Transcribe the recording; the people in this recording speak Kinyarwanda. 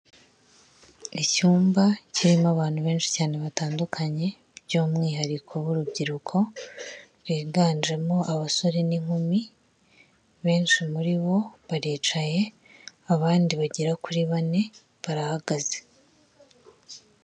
Icyumba kirimo abantu benshi cyane batandukanye by'umwihariko b'urubyiruko biganjemo abasore n'inkumi, benshi muri bo baricaye abandi bagera kuri bane barahagaze.